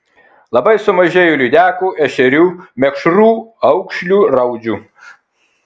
labai sumažėjo lydekų ešerių mekšrų aukšlių raudžių